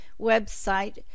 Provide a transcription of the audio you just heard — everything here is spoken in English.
website